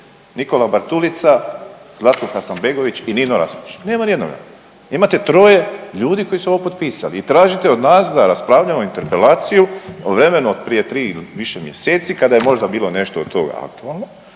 Nikola Bartulica, Zlatko Hasanbegović i Nino Raspudić, nema nijednoga. Imate troje ljudi koji su ovo potpisali i tražite od nas da raspravljamo interpelaciju o vremenu od prije 3 ili više mjeseci kada je možda je bilo nešto od toga aktualno,